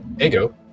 Ego